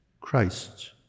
Christ